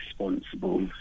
responsible